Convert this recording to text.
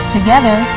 Together